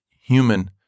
human